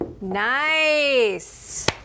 Nice